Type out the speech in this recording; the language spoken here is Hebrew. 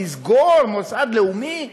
לסגור מוסד לאומי?